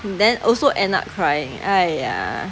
then also end up crying !aiya!